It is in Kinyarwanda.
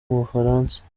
bufaransa